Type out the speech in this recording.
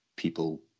people